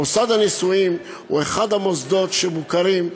מוסד הנישואים הוא אחד המוסדות המוכרים,